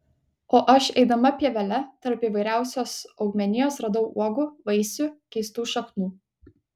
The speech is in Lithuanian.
o aš eidama pievele tarp įvairiausios augmenijos radau uogų vaisių keistų šaknų